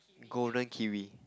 golden kiwi